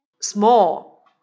Small